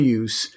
use